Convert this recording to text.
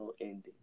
ending